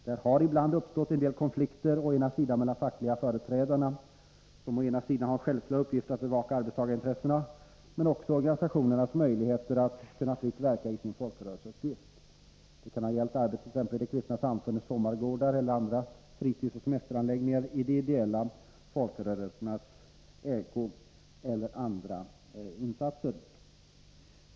Där har ibland uppstått en del konflikter mellan å ena sidan de fackliga företrädarna, som har en självklar uppgift att bevaka arbetstagarintressena, och å andra sidan organisationens möjlighet att fritt få verka i sin folkrörelseuppgift. Det kan t.ex. ha gällt arbete vid de kristna samfundens sommargårdar eller på andra fritidsoch semesteranläggningar i de ideella folkrörelsernas ägo.